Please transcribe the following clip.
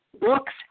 books